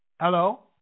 Hello